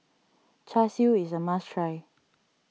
Char Siu is a must try